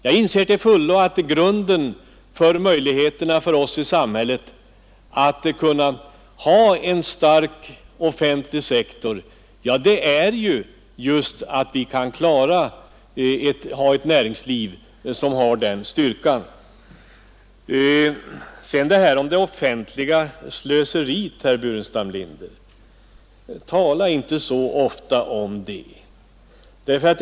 Jag inser till fullo att de grundläggande möjligheterna för oss i samhället att ha en stark offentlig sektor är ett näringsliv som har styrka. Tala sedan inte så ofta, herr Burenstam Linder, om det offentliga slöseriet!